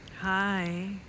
Hi